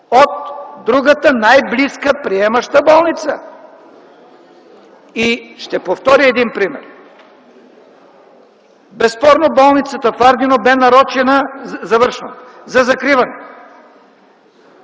от другата най-близка приемаща болница. Ще повторя един пример. Безспорно болницата в Ардино бе нарочена за закриване.